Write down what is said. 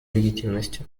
легитимности